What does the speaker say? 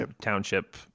Township